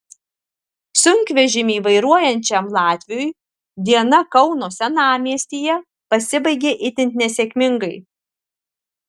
sunkvežimį vairuojančiam latviui diena kauno senamiestyje pasibaigė itin nesėkmingai